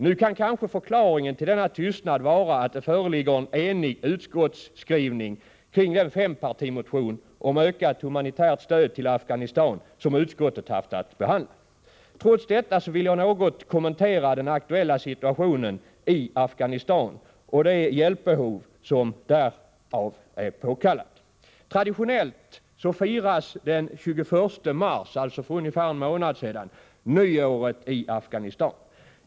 Nu kan kanske förklaringen till denna tystnad vara att det föreligger en enig utskottsskrivning kring en fempartimotion om ett ökat humanitärt stöd till Afghanistan, vilken utskottet haft att behandla. Trots detta vill jag något kommentera den aktuella situationen i Afghanistan och det enorma hjälpbehov som där förefinns. Traditionellt firas den 20 mars, alltså för ungefär en månad sedan, nyåret i Afghanistan.